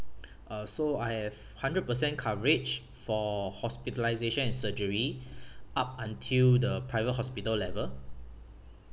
uh so I have hundred percent coverage for hospitalisation and surgery up until the private hospital level